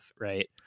Right